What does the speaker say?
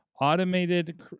automated